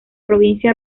provincia